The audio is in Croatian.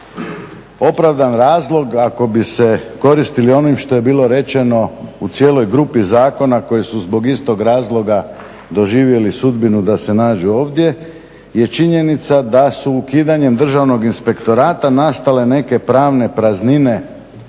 Opravdan razloga ako bi se koristili onim što je bilo rečeno u cijeloj grupi zakona koji su zbog istog razloga doživjeli sudbinu da se nađu ovdje je činjenica da su ukidanjem Državnog inspektorata nastale neke pravne praznine